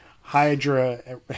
Hydra